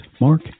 Mark